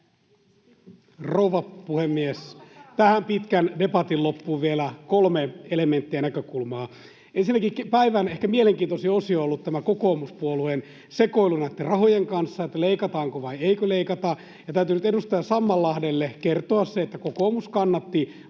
Rouva puhemies! Tähän pitkän debatin loppuun vielä kolme elementtiä ja näkökulmaa. Ensinnäkin päivän ehkä mielenkiintoisin osio on ollut tämä kokoomuspuolueen sekoilu näitten rahojen kanssa, että leikataanko vai eikö leikata. Täytyy nyt edustaja Sammallahdelle kertoa se, että kokoomus kannatti